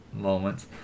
moments